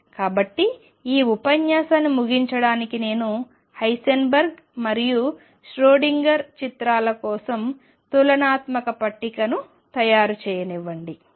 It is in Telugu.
కాబట్టి ఈ ఉపన్యాసాన్ని ముగించడానికి నేను హైసెన్బర్గ్ మరియు ష్రోడింగర్ చిత్రాల కోసం తులనాత్మక పట్టికను తయారు చేయనివ్వండి